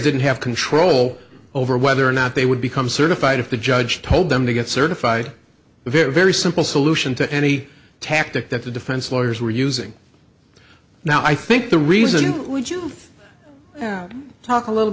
didn't have control over whether or not they would become certified if the judge told them to get certified very very simple solution to any tactic that the defense lawyers were using now i think the reason would you talk a little